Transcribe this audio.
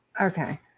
Okay